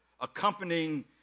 accompanying